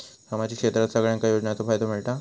सामाजिक क्षेत्रात सगल्यांका योजनाचो फायदो मेलता?